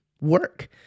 work